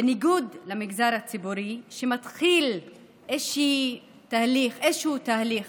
בניגוד למגזר הציבורי, שמתחיל איזשהו תהליך